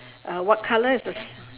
uh what colour is the